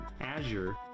Azure